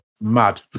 Mad